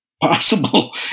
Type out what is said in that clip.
possible